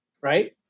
Right